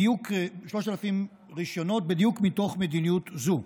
בדיוק מתוך מדיניות זו.